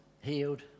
healed